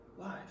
lives